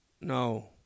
No